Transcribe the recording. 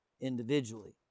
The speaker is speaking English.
individually